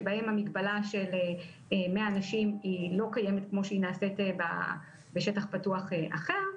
שבהם המגבלה של 100 אנשים לא קיימת כמו שהיא נעשית בשטח פתוח אחר,